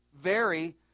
vary